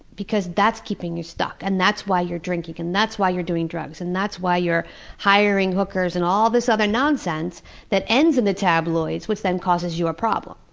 because that's keeping you stuck, and that's why you're drinking, and that's why you're doing drugs, and that's why you're hiring hookers and all this other nonsense that ends in the tabloids, which then causes you a problem.